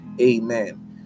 amen